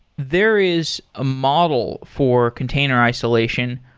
there is a model for container isolation,